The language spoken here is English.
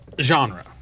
genre